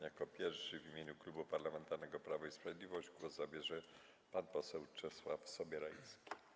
Jako pierwszy w imieniu Klubu Parlamentarnego Prawo i Sprawiedliwość głos zabierze pan poseł Czesław Sobierajski.